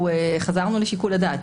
חזרנו לשיקול הדעת.